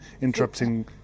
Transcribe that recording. interrupting